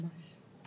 ממש.